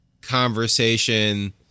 conversation